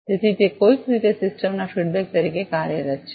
તેથી તે કોઈક રીતે સિસ્ટમના ફિડબેક તરીકે કાર્યરત છે